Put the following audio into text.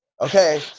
okay